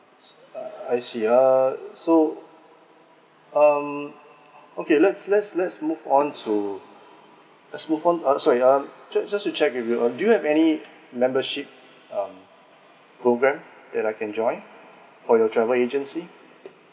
I I see uh so um okay let's let's let's move on to let's move on uh sorry uh just just to check if you do you have any membership um program that I can join for your travel agency